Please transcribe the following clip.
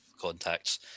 contacts